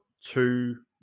two